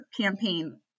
campaign